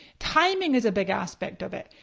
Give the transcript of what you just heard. timing is a big aspect of it.